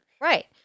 Right